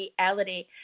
reality